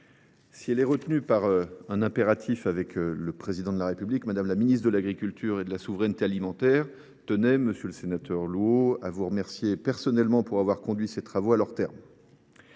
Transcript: Si elle est retenue par un impératif avec le Président de la République, Mme la ministre de l’agriculture et de la souveraineté alimentaire tenait, monsieur le sénateur Louault, à vous remercier personnellement d’avoir conduit ces travaux à leur terme.